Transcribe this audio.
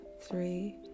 three